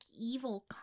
evil